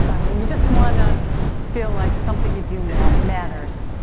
i mean, you just want to feel like something you do matters.